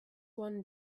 one